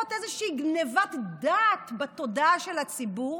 לעשות איזושהי גנבת דעת בתודעה של הציבור